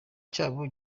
cyabo